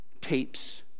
Tapes